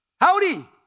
howdy